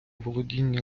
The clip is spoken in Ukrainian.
володіння